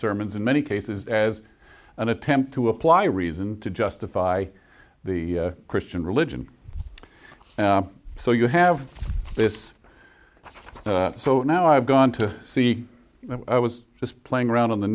sermons in many cases as an attempt to apply reason to justify the christian religion so you have this so now i've gone to see i was just playing around on the